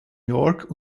york